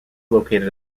located